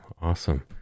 Awesome